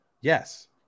Yes